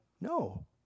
No